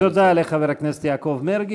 תודה לחבר הכנסת יעקב מרגי.